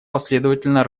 последовательно